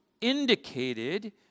indicated